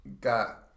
Got